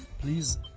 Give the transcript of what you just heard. please